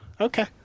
Okay